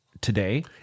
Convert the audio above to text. Today